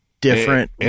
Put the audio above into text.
different